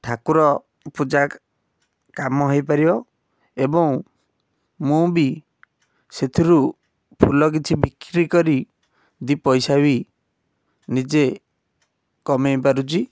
ଠାକୁର ପୂଜା କାମ ହେଇପାରିବ ଏବଂ ମୁଁ ବି ସେଥିରୁ ଫୁଲ କିଛି ବିକ୍ରି କରି ଦୁଇ ପଇସା ବି ନିଜେ କମାଇ ପାରୁଛି